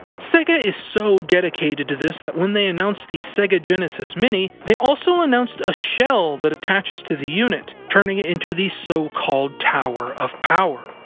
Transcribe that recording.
sega is so dedicated to this that when they announced the sega genesis mini, they also announced a shell that attaches to the unit, turning it into the so-called tower of power.